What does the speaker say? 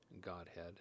Godhead